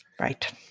Right